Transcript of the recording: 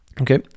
okay